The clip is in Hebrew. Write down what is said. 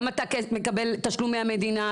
גם אתה מקבל תשלום מהמדינה,